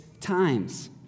times